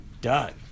Done